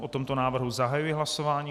O tomto návrhu zahajuji hlasování.